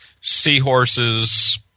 seahorses